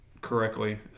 correctly